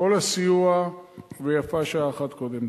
כל הסיוע, ויפה שעה אחת קודם.